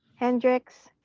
hendricks,